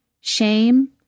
shame